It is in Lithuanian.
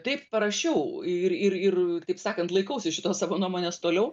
taip parašiau ir ir ir kitaip sakant laikausi šitos savo nuomonės toliau